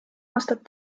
aastat